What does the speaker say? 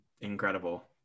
incredible